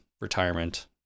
retirement